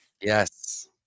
Yes